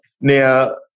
now